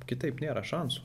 kitaip nėra šansų